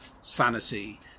sanity